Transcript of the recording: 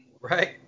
Right